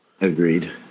Agreed